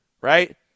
right